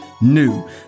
new